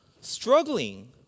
struggling